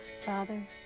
Father